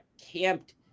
camped